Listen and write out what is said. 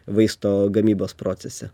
vaisto gamybos procese